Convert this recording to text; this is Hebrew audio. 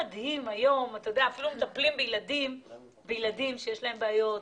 ילדים שיש להם בעיות